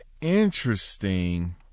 interesting